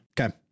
Okay